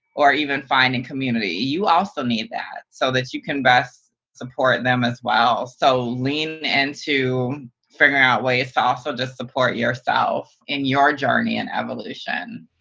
or even finding community. you also need that so that you can best support them as well, so lean and into figuring out ways to also just support yourself in your journey and evolution.